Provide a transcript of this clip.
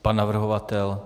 Pan navrhovatel?